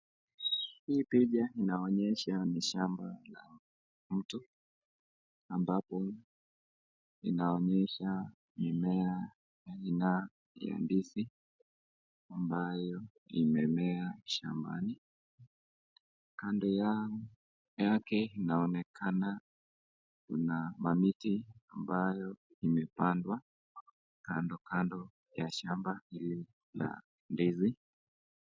Hii picha inaonyesha ni shamba la mtu, ambapo linaonyesha mimea ya aina ya ndizi, ambayo imemea shambani. Kando yake inaonekana kuna mamiti ambayo imepandwa kandokando ya shamba hili la ndizi.